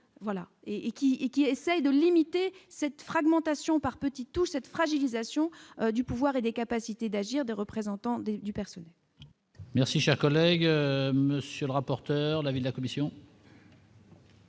et qui essaye de limiter cette fragmentation par petites touches, cette fragilisation du pouvoir et des capacités d'agir des représentants de du personnel. Merci, cher collègue, monsieur le rapporteur de l'avis de la commission.